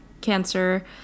cancer